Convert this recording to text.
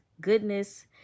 goodness